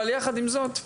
אבל יחד עם זאת,